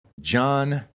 John